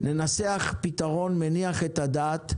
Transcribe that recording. ננסח פתרון מניח את הדעת,